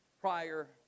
prior